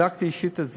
בדקתי את זה אישית.